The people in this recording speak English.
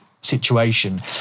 situation